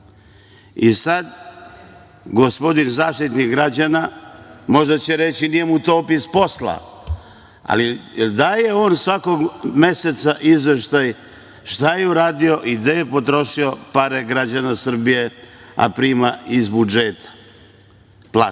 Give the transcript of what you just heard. i sad gospodin Zaštitnik građana možda će reći – nije mu to opis posla, ali da li daje on svakog meseca izveštaj šta je uradio i gde je potrošio pare građana Srbije, a prima iz budžeta